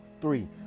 Three